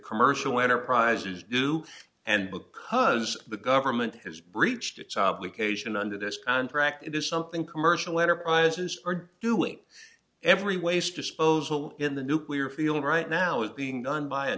commercial enterprises do and because the government has breached its obligation under this contract it is something commercial enterprises are doing every waste disposal in the nuclear feeling right now is being done by a